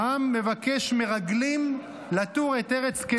העם מבקש מרגלים לתור את ארץ כנען.